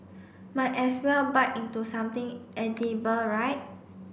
might as well bite into something edible right